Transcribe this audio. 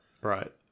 Right